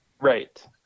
right